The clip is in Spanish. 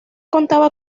contaba